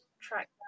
track